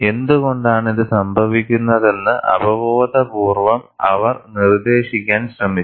എന്തുകൊണ്ടാണ് ഇത് സംഭവിക്കുന്നതെന്ന് അവബോധപൂർവ്വം അവർ നിർദ്ദേശിക്കാൻ ശ്രമിച്ചു